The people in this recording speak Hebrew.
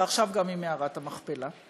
ועכשיו גם למערת המכפלה.